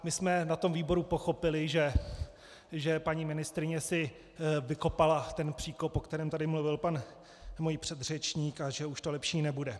My jsme na tom výboru pochopili, že paní ministryně si vykopala ten příkop, o kterém tady mluvil můj pan předřečník, a že už to lepší nebude.